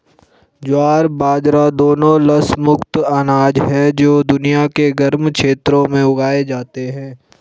ज्वार बाजरा दोनों लस मुक्त अनाज हैं जो दुनिया के गर्म क्षेत्रों में उगाए जाते हैं